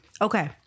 Okay